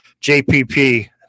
JPP